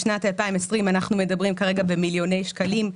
בשנת 2020 אנחנו מדברים כרגע במיליוני שקלים: